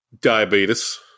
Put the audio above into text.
diabetes